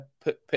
put